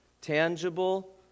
tangible